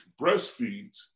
breastfeeds